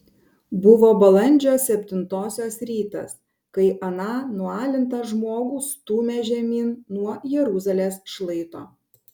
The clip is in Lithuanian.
buvo balandžio septintosios rytas kai aną nualintą žmogų stūmė žemyn nuo jeruzalės šlaito